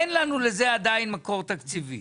אין לנו לזה עדיין מקור תקציבי.